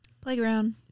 Playground